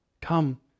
Come